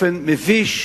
מביש,